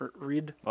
Read